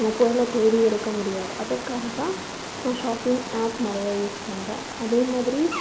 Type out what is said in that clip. அந்த பொருளை தேடி எடுக்க முடியாது அதற்காக தான் நான் ஷாப்பிங் ஆப் நிறைய யூஸ் பண்ணுறேன் அதேமாதிரி